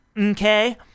okay